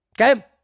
Okay